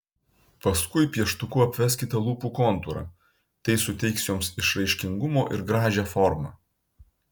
paskui pieštuku apveskite lūpų kontūrą tai suteiks joms išraiškingumo ir gražią formą